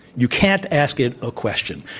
you can't ask it a question.